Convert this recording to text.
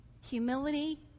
humility